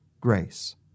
grace